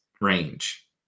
range